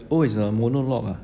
oh is a monologue ah